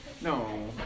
No